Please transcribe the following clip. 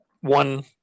one